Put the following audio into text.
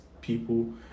people